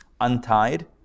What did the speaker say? untied